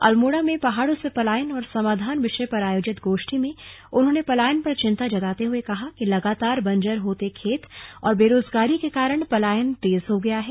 अल्मोड़ा में पहाड़ों से पलायन और समाधान विषय पर आयोजित गोष्ठी में उन्होंने पलायन पर चिंता जताते हुए कहा कि लगातार बंजर होते खेत और बेरोजगारी के कारण पलायन तेजी से हो रहा है